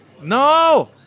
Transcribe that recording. No